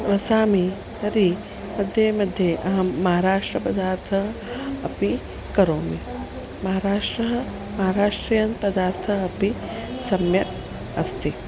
वसामि तर्हि मध्ये मध्ये अहं महाराष्ट्रपदार्थ अपि करोमि महाराष्ट्रम् महाराष्ट्रीयाणि पदार्थानि सम्यक् अस्ति